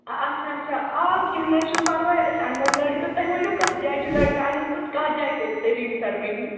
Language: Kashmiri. آ اَچھا اَچھا آ کیٚنٛہہ نہٕ حظ چھُنہٕ پَرواے أسۍ اَنو لٔڑکہٕ تُہۍ ؤنِو کَتھ جایہِ چھُ لٔڑکہٕ اَنُن تہٕ کَتھ جایہِ کٔرِو تُہۍ رِنٛگ سٔرمٔنی